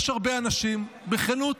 יש הרבה אנשים, בכנות,